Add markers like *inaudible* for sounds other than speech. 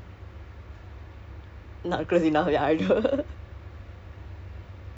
*noise* jauh ah I don't think nak grab grab doesn't cover